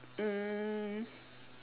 um